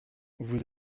vous